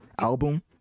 album